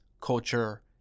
Culture